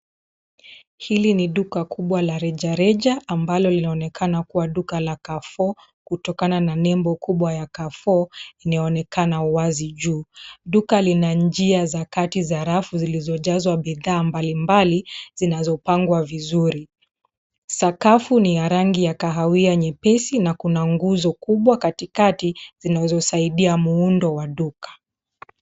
Hili ni duka kubwa la rejareja ambalo linaonekana kuwa duka la Carrefou r kutokana na nembo kubwa ya Carrefour inayoonkena wazi juu. Duka lina njia za kati za rafu zilizojazwa bidhaa mbalimbali zinazopangwa vizuri. Sakafu ni ya rangi ya kahawia nyepesi na kuna nguzo kubwa katikati zinazosaidia muundo wa duka.